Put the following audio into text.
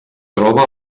troba